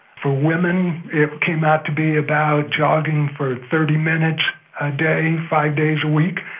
for women it came out to be about jogging for thirty minutes a day, five days a week.